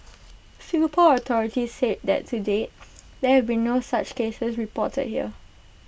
Singapore authorities said that to date there have been no such cases reported here